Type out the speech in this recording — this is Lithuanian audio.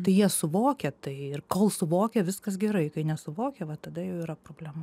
tai jie suvokia tai ir kol suvokia viskas gerai kai nesuvokia va tada jau yra problemų